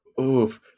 Oof